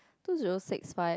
two zero six five